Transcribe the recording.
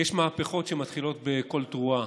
יש מהפכות שמתחילות בקול תרועה,